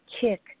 kick